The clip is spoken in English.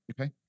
Okay